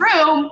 room